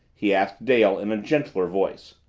he asked dale in a gentler voice.